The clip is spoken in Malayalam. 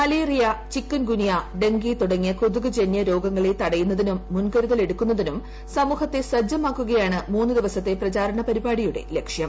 മലേറിയ ചിക്കുൻഗുനിയ ഡങ്കി തുടങ്ങിയ കൊതുക ജനൃ രോഗങ്ങളെ തടയുന്നതിനും മുൻകരുതലെടുക്കുന്നതിനും സമൂഹത്തെ സജ്ജമാക്കുകയാണ് മൂന്ന് ദിവസത്തെ പ്രചാരണപരിപാടിയുടെ ലക്ഷ്യം